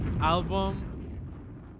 album